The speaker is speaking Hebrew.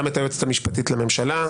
גם את היועצת המשפטית לממשלה,